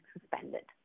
suspended